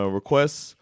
requests